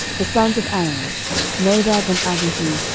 the sons of aaron nadab, and abihu,